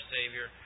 Savior